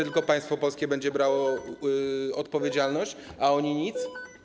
Tylko państwo polskie będzie brało za to odpowiedzialność, a oni nie.